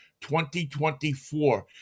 2024